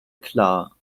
klar